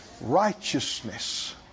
Righteousness